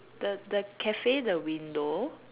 the the cafe the window